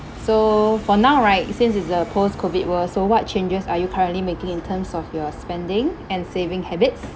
so for now right since it's the post-COVID world so what changes are you currently making in terms of your spending and saving habits